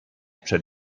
před